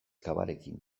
cavarekin